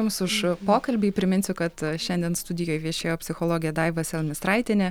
jums už pokalbį priminsiu kad šiandien studijoj viešėjo psichologė daiva selmistraitienė